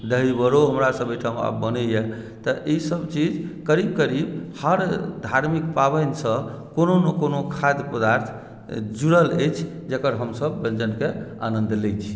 दही बड़ो हमरासभ ओहिठाम आब बनैए तऽ ईसभ चीज करीब करीब हर धार्मिक पाबनिसँ कोनोने कोनो खाद्य पदार्थ जुड़ल अछि जकर हमसभ व्यञ्जनकेँ आनन्द लैत छी